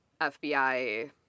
FBI